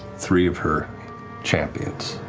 three of her champions